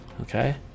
Okay